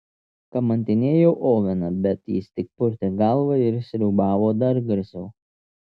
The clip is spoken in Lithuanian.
kamantinėjau oveną bet jis tik purtė galvą ir sriūbavo dar garsiau